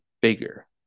bigger